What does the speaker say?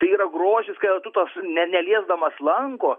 tai yra grožis kai jau tu tas ne neliesdamas lanko